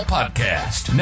Podcast